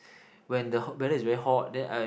when the hot weather is very hot then I